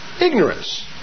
Ignorance